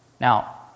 Now